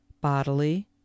bodily